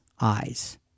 eyes